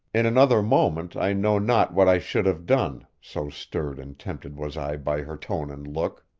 in another moment i know not what i should have done, so stirred and tempted was i by her tone and look.